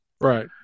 Right